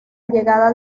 llegada